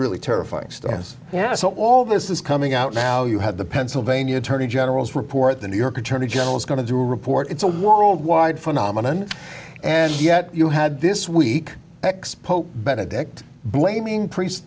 really terrifying stress yeah so all this is coming out now you have the pennsylvania attorney general's report the new york attorney general is going to do a report it's a worldwide phenomenon and yet you had this week next pope benedict blaming priest